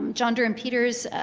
john durham peters,